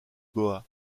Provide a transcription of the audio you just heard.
goa